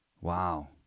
Wow